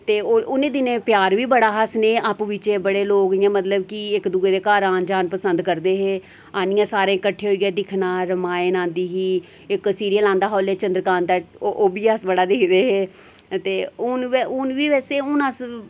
ते उ'नें दिनें प्यार बी बड़ा हा स्नेह् आपूं बिच्चें बड़े लोग इयां मतलब कि इक दुए दे घर आन जान पसंद करदे हे आनियै सारें कट्ठे होइयै दिक्खना रमायण आंदी ही इक सीरियल आंदा हा उसलै चंद्रकांता ओह् बी अस बड़ा दिखदे हे ते हून हून बी वैसे हून अस